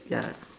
ya